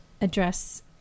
address